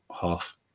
half